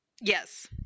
Yes